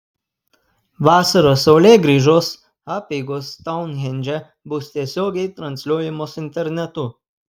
vasaros saulėgrįžos apeigos stounhendže bus tiesiogiai transliuojamos internetu